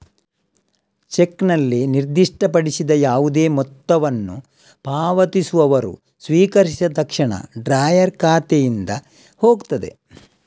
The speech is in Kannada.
ಚೆಕ್ನಲ್ಲಿ ನಿರ್ದಿಷ್ಟಪಡಿಸಿದ ಯಾವುದೇ ಮೊತ್ತವನ್ನು ಪಾವತಿಸುವವರು ಸ್ವೀಕರಿಸಿದ ತಕ್ಷಣ ಡ್ರಾಯರ್ ಖಾತೆಯಿಂದ ಹೋಗ್ತದೆ